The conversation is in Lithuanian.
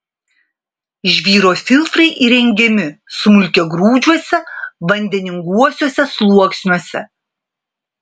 žvyro filtrai įrengiami smulkiagrūdžiuose vandeninguosiuose sluoksniuose